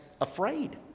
afraid